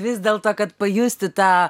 vis dėl to kad pajusti tą